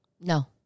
No